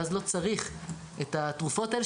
ואז לא צריך את התרופות האלה,